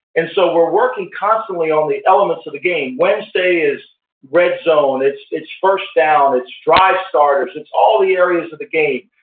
and so we're working constantly on the elements of the game. wednesday is red zone, it's it's first down, it's drive starters, it's all the areas of the game.